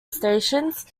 stations